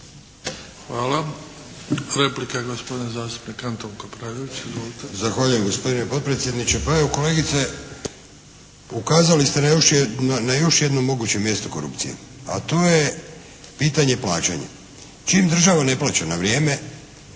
**Kapraljević, Antun (HNS)** Zahvaljujem gospodine potpredsjedniče. Pa evo kolegice ukazali ste na još jedno moguće mjesto korupcije, a to je pitanje plaćanja. Čim država ne plaća na vrijeme